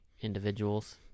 individuals